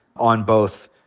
on both,